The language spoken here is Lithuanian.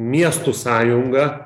miestų sąjunga